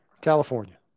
California